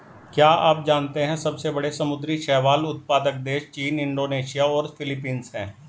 क्या आप जानते है सबसे बड़े समुद्री शैवाल उत्पादक देश चीन, इंडोनेशिया और फिलीपींस हैं?